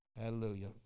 Hallelujah